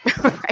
Right